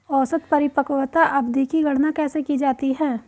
औसत परिपक्वता अवधि की गणना कैसे की जाती है?